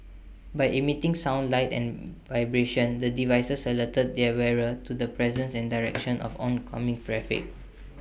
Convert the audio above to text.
by emitting sound light and vibrations the devices alert their wearer to the presence and direction of oncoming traffic